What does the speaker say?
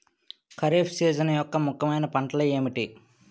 Kharif season యెక్క ముఖ్యమైన పంటలు ఏమిటీ?